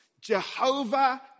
Jehovah